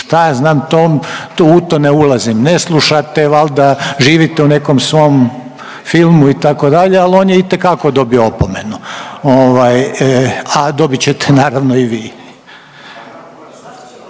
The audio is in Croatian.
tom, to u to ne ulazim, ne slušate valda, živite u nekom svom filmu, itd., ali on je itekako dobio opomenu, a dobit ćete naravno i vi.